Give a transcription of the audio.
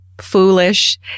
foolish